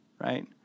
right